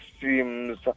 seems